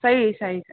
सही सही